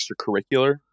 extracurricular